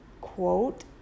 quote